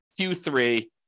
Q3